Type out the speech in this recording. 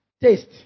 taste